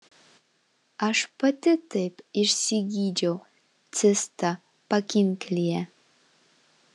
aš pati taip išsigydžiau cistą pakinklyje